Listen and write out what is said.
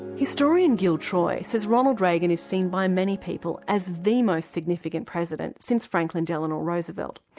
historian gil troy says ronald reagan is seen by many people as the most significant president since franklin delano roosevelt.